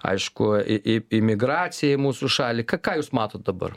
aišku i i imigraciją į mūsų šalį ką ką jūs matot dabar